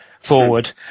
forward